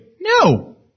No